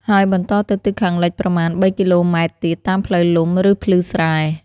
ហើយបន្តទៅទិសខាងលិចប្រមាណ ៣ គីឡូម៉ែត្រទៀត តាមផ្លូវលំ ឬភ្លឺស្រែ។